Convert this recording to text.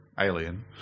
Alien